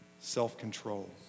self-control